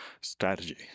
strategy